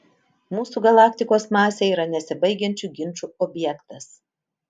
mūsų galaktikos masė yra nesibaigiančių ginčų objektas